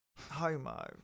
Homo